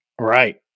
Right